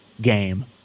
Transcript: game